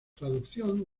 traducción